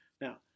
Now